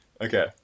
Okay